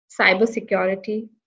cybersecurity